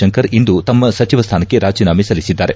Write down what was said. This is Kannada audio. ಶಂಕರ್ ಇಂದು ತಮ್ನ ಸಚಿವ ಸ್ಟಾನಕ್ಕೆ ರಾಜಿನಾಮೆ ಸಲ್ಲಿಸಿದ್ದಾರೆ